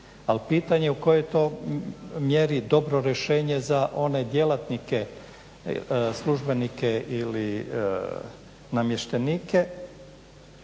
ali pitanje u koje to mjeri dobro rješenje za one djelatnike, službenike ili namještenike,